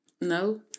no